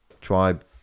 tribe